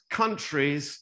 countries